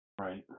Right